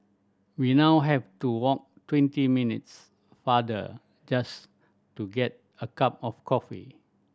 we now have to walk twenty minutes farther just to get a cup of coffee